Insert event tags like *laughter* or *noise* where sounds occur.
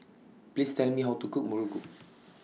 Please Tell Me How to Cook Muruku *noise*